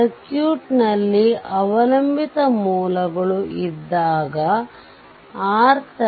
ಸರ್ಕ್ಯೂಟ್ನಲ್ಲಿ ಅವಲಂಬಿತ ಮೂಲಗಳು ಇದ್ದಾಗ RThevenin